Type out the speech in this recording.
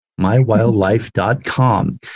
MyWildlife.com